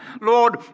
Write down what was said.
Lord